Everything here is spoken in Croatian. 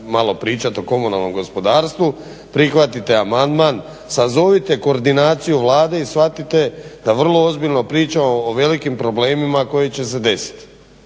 malo pričati o komunalnom gospodarstvu, prihvatite amandman, sazovite koordinaciju Vlade i shvatite da vrlo ozbiljno pričamo o velikim problemima koji će se desiti.